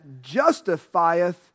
justifieth